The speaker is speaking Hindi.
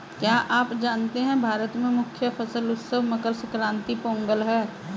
क्या आप जानते है भारत में मुख्य फसल उत्सव मकर संक्रांति, पोंगल है?